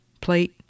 plate